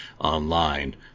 online